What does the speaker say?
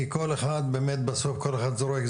כי בסוף באמת כל אחד זורק,